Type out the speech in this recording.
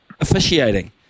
officiating